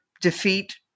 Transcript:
defeat